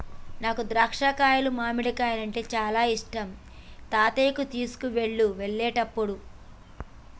నాకు ద్రాక్షాలు మామిడికాయలు అంటే చానా ఇష్టం తాతయ్యకు అవి తీసుకువెళ్ళు వెళ్ళేటప్పుడు